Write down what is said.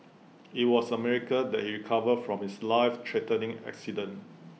IT was A miracle that he recovered from his life threatening accident